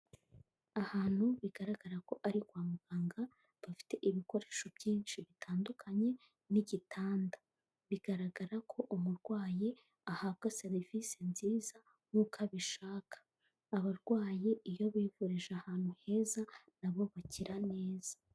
Ahantu bigaragara ko ari kwa muganga, bafite ibikoresho byinshi bitandukanye n'igitanda, bigaragara ko umurwayi ahabwa serivisi nziza nk'uko abishaka, abarwayi iyo bivurije ahantu heza na bo bakira neza.